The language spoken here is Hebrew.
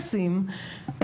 נשים את הפיל שבחדר,